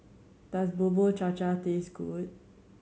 does Bubur Cha Cha taste good